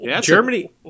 Germany